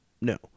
No